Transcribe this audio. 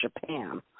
Japan